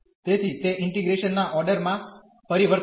તેથી તે ઇન્ટીગ્રેશન ના ઓર્ડર માં પરિવર્તન છે